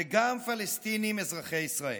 וגם פלסטינים אזרחי ישראל.